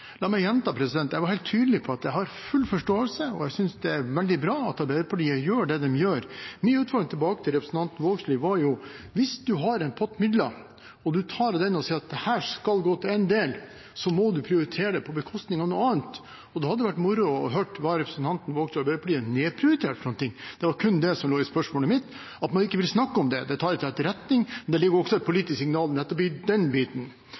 at jeg har full forståelse for – og jeg synes det er veldig bra – at Arbeiderpartiet gjør det de gjør. Min utfordring tilbake til representanten Vågslid var jo at hvis man har en pott midler og man tar av den og sier at dette skal gå til én del, må man prioritere på bekostning av noe annet. Det hadde vært moro å høre hva representanten Vågslid og Arbeiderpartiet nedprioriterte. Det var kun det som lå i spørsmålet mitt. At man ikke vil snakke om det, tar jeg til etterretning, men det ligger også et politisk signal nettopp i den biten.